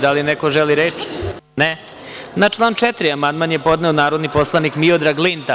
Da li neko želi reč? (Ne.) Na član 4. amandman je podneo narodni poslanik Miodrag Linta.